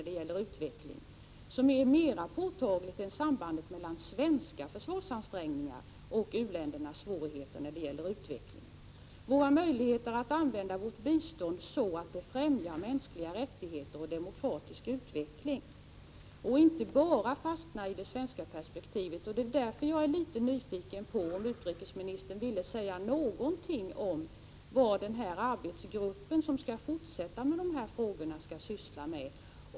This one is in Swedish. Detta samband är mer påtagligt än sambandet mellan svenska försvarsansträngningar och u-ländernas svårigheter i utvecklingshänseende. Det gäller här också våra möjligheter att använda vårt bistånd så att det främjar mänskliga rättigheter och demokratisk utveckling. Vi får inte bara fastna i det svenska perspektivet. Därför är jag litet nyfiken på vad utrikesministern har att säga om vad den arbetsgrupp som ägnar sig åt dessa frågor skall syssla med.